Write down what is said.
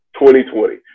2020